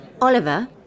Oliver